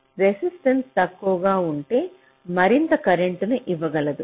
కాబట్టి రెసిస్టెన్స్ తక్కువగా ఉంటే మరింత కరెంటును ఇవ్వగలదు